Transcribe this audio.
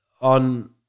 on